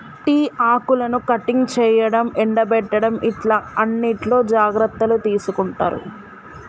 tea ఆకులను cutting చేయడం, ఎండపెట్టడం ఇట్లా అన్నిట్లో జాగ్రత్తలు తీసుకుంటారు